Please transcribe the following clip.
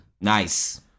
nice